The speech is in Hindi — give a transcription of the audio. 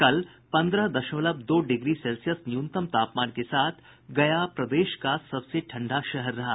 कल पन्द्रह दशमलव दो डिग्री सेल्सियस न्यूनतम तापमान के साथ गया प्रदेश का सबसे ठंडा शहर रहा